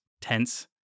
tense